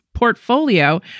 portfolio